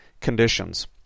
conditions